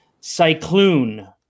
Cyclone